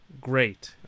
great